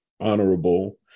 honorable